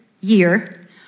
year